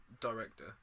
director